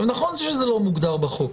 נכון שזה לא מוגדר בחוק,